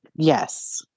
Yes